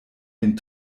den